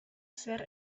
zer